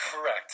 Correct